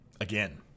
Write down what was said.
again